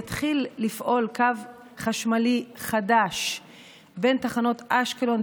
יתחיל לפעול קו חשמלי חדש בין תחנות אשקלון,